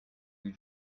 you